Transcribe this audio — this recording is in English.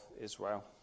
Israel